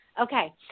Okay